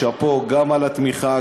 שאפו גם על התמיכה,